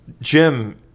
jim